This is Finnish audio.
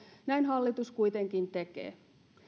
näin hallitus kuitenkin tekee